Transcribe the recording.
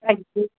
ଆଜ୍ଞା